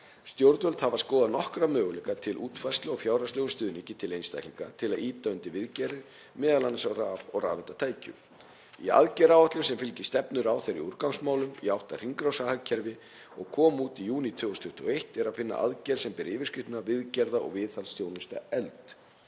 Stjórnvöld hafa skoðað nokkra möguleika til útfærslu á fjárhagslegum stuðningi til einstaklinga til að ýta undir viðgerðir, m.a. á raf- og rafeindatækjum. Í aðgerðaáætlun sem fylgir stefnu ráðherra í úrgangsmálum í átt að hringrásarhagkerfi og kom út í júní 2021 er að finna aðgerð sem ber yfirskriftina: Viðgerða- og viðhaldsþjónusta efld.